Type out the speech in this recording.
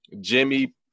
Jimmy